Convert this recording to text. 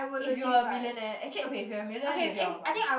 if you are millionaire actually okay if you are a millionaire maybe I would buy